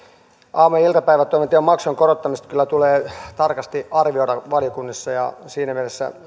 aamu ja iltapäivätoimintojen maksujen korottamiset kyllä tulee tarkasti arvioida valiokunnissa siinä mielessä